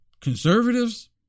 conservatives